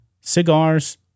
cigars